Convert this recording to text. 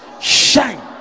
shine